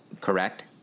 correct